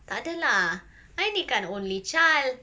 tak ada lah I ni kan only child